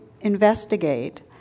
investigate